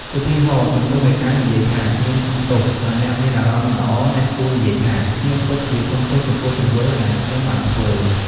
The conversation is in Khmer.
ឧទាហរណ៍ ជំនួសឱ្យការនិយាយថា ខ្ញុំសុំទោសបើអ្នកមានអារម្មណ៍មិនល្អ អ្នកគួរនិយាយថា ខ្ញុំពិតជាសុំទោសចំពោះទង្វើ ដែលខ្ញុំបានធ្វើ។